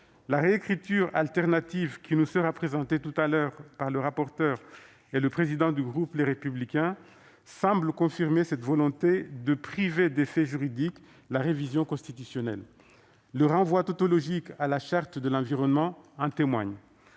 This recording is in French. La réécriture de substitution qui nous sera présentée ultérieurement par le rapporteur et le président du groupe Les Républicains semble confirmer cette volonté de priver d'effet juridique la révision constitutionnelle. Le renvoi tautologique à la Charte de l'environnement en témoigne.